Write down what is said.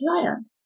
client